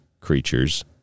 creatures